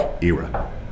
era